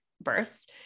births